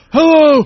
Hello